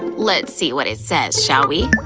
let's see what it says, shall we?